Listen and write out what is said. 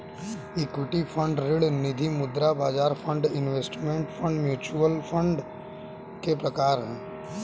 equity fund ऋण निधिमुद्रा बाजार fund index fund mutual fund के प्रकार हैं